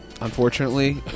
unfortunately